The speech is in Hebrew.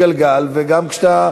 אבל לא רק זה,